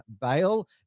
bail